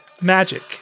magic